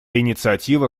инициатива